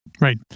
Right